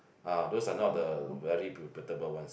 ah those are not the very reputable ones